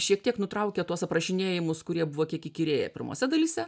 šiek tiek nutraukia tuos aprašinėjimus kurie buvo kiek įkyrėję pirmose dalyse